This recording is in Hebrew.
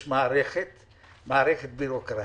יש מערכת בירוקרטית,